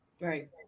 Right